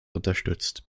unterstützt